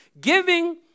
Giving